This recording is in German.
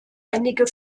einige